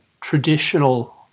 traditional